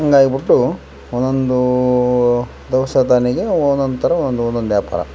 ಹಂಗಾಗಿ ಬಿಟ್ಟು ಒನೊಂದು ಧವಸ ಧಾನ್ಯಗೆ ಒಂದೊಂದು ಥರ ಒಂದೊಂದು ವ್ಯಾಪಾರ